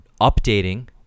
updating